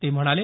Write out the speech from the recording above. ते म्हणाले